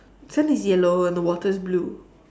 sand is yellow and the water is blue